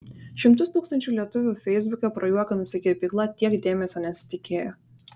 šimtus tūkstančių lietuvių feisbuke prajuokinusi kirpykla tiek dėmesio nesitikėjo